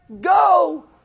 Go